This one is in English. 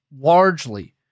largely